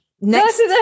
Next